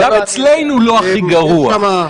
גם אצלנו לא הכי גרוע.